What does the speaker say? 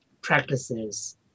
practices